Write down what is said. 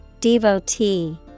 Devotee